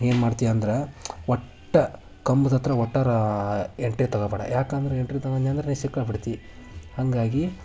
ಏನು ಮಾಡ್ತಿ ಅಂದ್ರೆ ಒಟ್ಟು ಕಂಬದತ್ತಿರ ಒಟ್ಟಾರೆ ಎಂಟ್ರಿ ತಗೋಬೇಡ ಯಾಕಂದ್ರೆ ಎಂಟ್ರಿ ತಗೊಂಡ್ಯಂದ್ರೆ ನೀ ಸಿಕ್ಕೇ ಬಿಡ್ತಿ ಹಾಗಾಗಿ